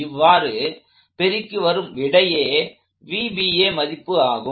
இவ்வாறு பெருக்கி வரும் விடையே மதிப்பு ஆகும்